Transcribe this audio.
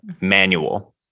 manual